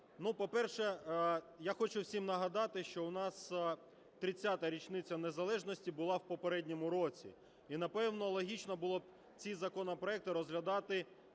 Ну, по-перше, я хочу всім нагадати, що в нас 30-а річниця незалежності була в попередньому році, і, напевно, логічно було б ці законопроекти розглядати,